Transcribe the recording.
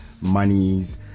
monies